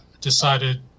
decided